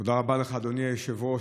תודה רבה לך, אדוני היושב-ראש.